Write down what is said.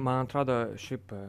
man atrodo šiaip